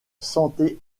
santé